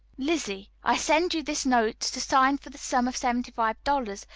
lizzy i send you this note to sign for the sum of seventy five dollars,